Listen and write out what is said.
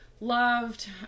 loved